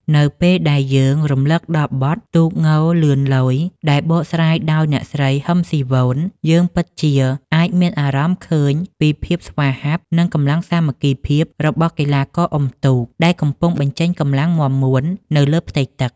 នៅពេលដែលយើងរំលឹកដល់បទ «ទូកងលឿនលយ» ដែលបកស្រាយដោយអ្នកស្រី ហ៊ឹម ស៊ីវន យើងពិតជាអាចមានអារម្មណ៍ឃើញពីភាពស្វាហាប់ និងកម្លាំងសាមគ្គីភាពរបស់កីឡាករអុំទូកដែលកំពុងបញ្ចេញកម្លាំងមាំមួននៅលើផ្ទៃទឹក។